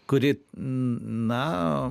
kuri na